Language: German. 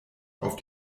auf